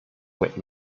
wit